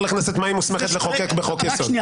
לכנסת מה היא מוסמכת לחוקק בחוק-יסוד.